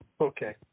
okay